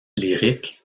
lyrique